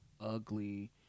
ugly